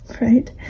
right